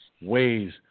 ways